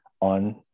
on